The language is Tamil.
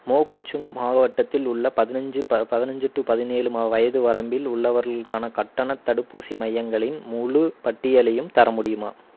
மொகோச்சுங் மாவட்டத்தில் உள்ள பதினைஞ்சு ப பதினைஞ்சு டு பதினேழு மா வயது வரம்பில் உள்ளவர்களுக்கான கட்டணத் தடுப்பூசி மையங்களின் முழுப் பட்டியலையும் தர முடியுமா